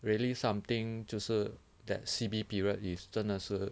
really something 就是 that C_B period if 真的是